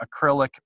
acrylic